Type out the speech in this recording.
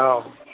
औ